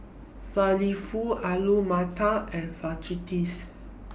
Falafel Alu Matar and Fajitas